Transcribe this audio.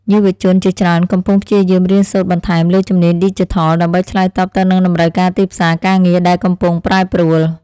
យុវជនជាច្រើនកំពុងព្យាយាមរៀនសូត្របន្ថែមលើជំនាញឌីជីថល ដើម្បីឆ្លើយតបទៅនឹងតម្រូវការទីផ្សារការងារដែលកំពុងប្រែប្រួល។